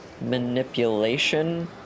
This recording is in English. manipulation